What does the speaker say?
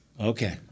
Okay